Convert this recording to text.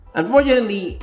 unfortunately